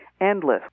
endless